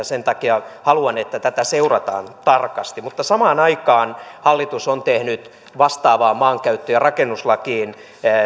sen takia haluan että tätä seurataan tarkasti mutta samaan aikaan hallitus on tehnyt samaan maankäyttö ja rakennuslakiin